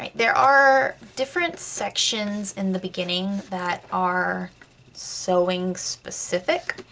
and there are different sections in the beginning that are sewing specific.